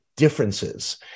differences